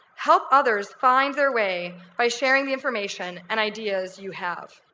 help others find their way by sharing the information and ideas you have.